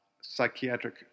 psychiatric